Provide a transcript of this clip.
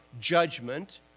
judgment